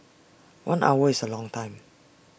one hour is A long time